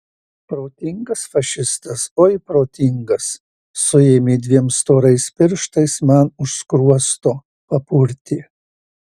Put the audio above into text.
protingas fašistas oi protingas suėmė dviem storais pirštais man už skruosto papurtė